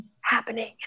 happening